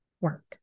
work